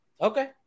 Okay